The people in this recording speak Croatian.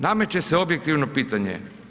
Nameće se objektivno pitanje.